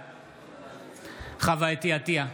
בעד חוה אתי עטייה,